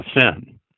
sin